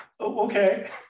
Okay